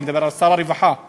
אני מדבר על שר הרווחה,